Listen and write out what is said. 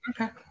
Okay